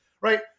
right